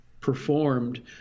performed